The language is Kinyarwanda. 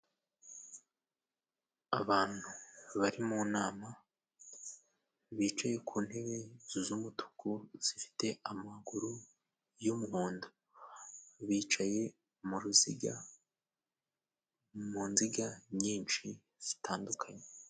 Abantu bari mu nama bicaye ku ntebe z'umutuku, zifite amaguru y'umuhondo, bicaye mu ruziga mu nziga nyinshi zitandukanye.